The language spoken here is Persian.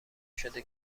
شده